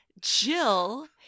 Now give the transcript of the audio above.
Jill